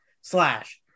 slash